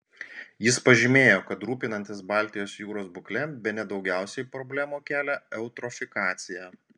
jis pažymėjo kad rūpinantis baltijos jūros būkle bene daugiausiai problemų kelia eutrofikacija